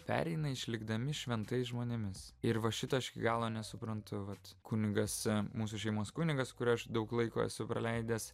pereina išlikdami šventais žmonėmis ir va šito aš iki galo nesuprantu vat kunigas mūsų šeimos kunigas su kuriuo aš daug laiko esu praleidęs